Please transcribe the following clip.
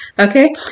Okay